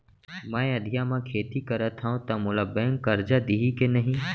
मैं अधिया म खेती करथंव त मोला बैंक करजा दिही के नही?